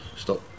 stop